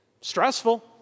Stressful